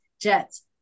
Jets